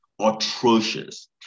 atrocious